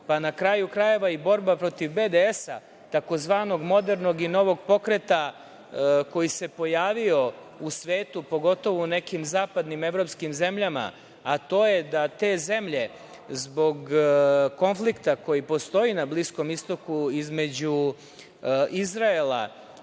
pa na kraju krajeva i borba protiv BDS-a, tzv. modernog i novog pokreta koji se pojavio u svetu, pogotovo u nekim zapadnim evropskim zemljama, a to je da te zemlje zbog konflikta koji postoji na Bliskom istoku između Izraela